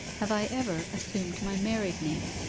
have i ever assumed my married name,